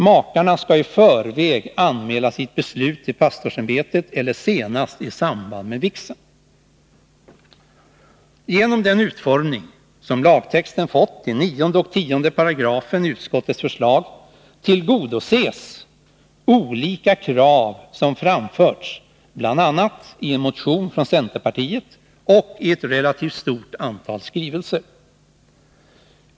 Makarna skall i förväg anmäla sitt beslut till pastorsämbetet eller senast i samband med vigseln. Genom den utformning som lagtexten fått i 9 och 10 §§ i utskottets förslag tillgodoses olika krav som framförts, bl.a. i en motion från centerpartiet och i ett relativt stort antal skrivelser.